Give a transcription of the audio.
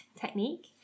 technique